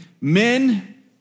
men